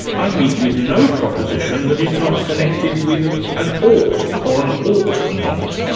i meet with no proposition that is not connected with an ought or an ought not.